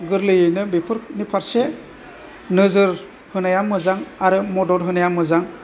गोरलैयैनो बेफोरनि फारसे नोजोर होनाया मोजां आरो मदद होनाया मोजां आरो